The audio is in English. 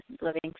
living